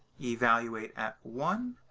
evaluate at one,